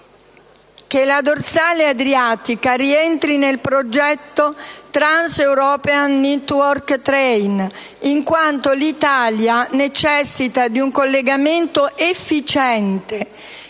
che la dorsale adriatica rientri nel progetto Trans-european rail network, in quanto l'Italia necessita di un collegamento efficiente